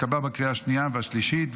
התקבלה בקריאה השנייה והשלישית,